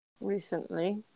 recently